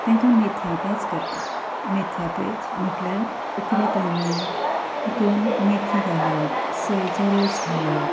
तेंकां मेथया पेज करता मेथया पेज म्हणल्यार उकडे तानूळ तितून मेथी घालप सयचो रोस घालप